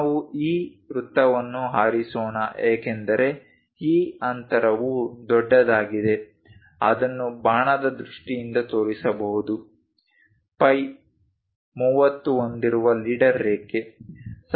ನಾವು ಈ ವೃತ್ತವನ್ನು ಆರಿಸೋಣ ಏಕೆಂದರೆ ಈ ಅಂತರವು ದೊಡ್ಡದಾಗಿದೆ ಅದನ್ನು ಬಾಣದ ದೃಷ್ಟಿಯಿಂದ ತೋರಿಸಬಹುದು ಫೈ 30 ಹೊಂದಿರುವ ಲೀಡರ್ ರೇಖೆ